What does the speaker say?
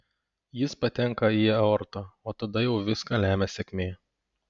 jis patenka į aortą o tada jau viską lemia sėkmė